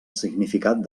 significat